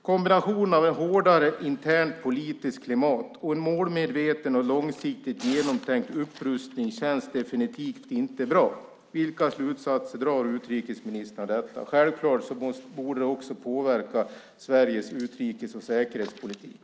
Kombinationen av ett hårdare internt politiskt klimat och en målmedveten och långsiktigt genomtänkt upprustning känns definitivt inte bra. Vilka slutsatser drar utrikesministern av detta? Självklart borde det också påverka Sveriges utrikes och säkerhetspolitik.